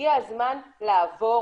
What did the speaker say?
הגיע הזמן לעבור,